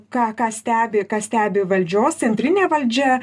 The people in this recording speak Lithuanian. ką ką stebi ką stebi valdžios centrinė valdžia